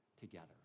together